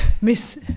Miss